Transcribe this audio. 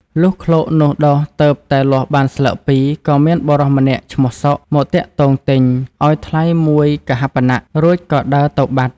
លុះឃ្លោកនោះដុះទើបតែលាស់បានស្លឹកពីរ ក៏មានបុរសម្នាក់ឈ្មោះ សុខ មកទាក់ទងទិញ ឱ្យថ្លៃមួយកហាបណៈ រួចក៏ដើរទៅបាត់។